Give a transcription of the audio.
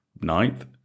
ninth